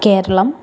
Keralam